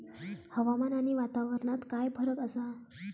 हवामान आणि वातावरणात काय फरक असा?